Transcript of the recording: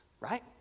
Right